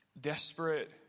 desperate